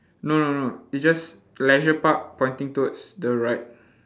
no no no it's just leisure park pointing towards the right